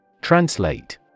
Translate